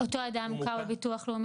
אותו אדם מוכר לביטוח הלאומי)?